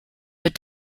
but